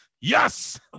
Yes